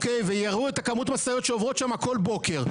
ויראו את כמות המשאיות שעוברת שם כל בוקר,